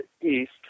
east